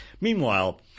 Meanwhile